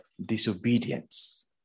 disobedience